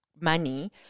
money